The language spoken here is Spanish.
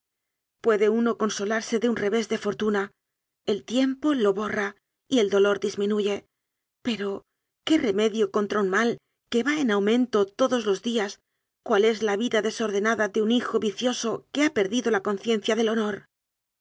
puede uno consolarse de un revés de fortuna el tiempo lo borra y el dolor disminuye pero qué remedio contra un mal que va en aumento todos los días cual es la vida desordenada de un hijo vi cioso que ha perdido la conciencia del honor